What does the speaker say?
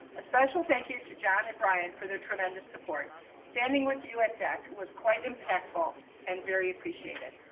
a special thank you to john and brian, for their tremendous support standing with you at deck was quite impactful and very appreciated.